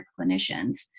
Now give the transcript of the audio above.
clinicians